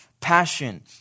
passion